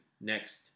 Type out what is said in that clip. next